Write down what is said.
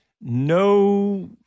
no